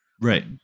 right